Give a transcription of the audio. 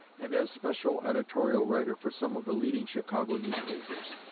and as special editorial writer for some of the leading chicago newspapers.